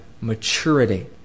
maturity